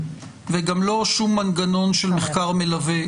וגם לא שום מנגנון של מחקר מלווה,